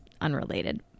unrelated